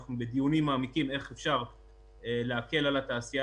אנחנו בדיונים מעמיקים איך אפשר להקל על התעשייה